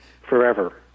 forever